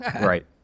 Right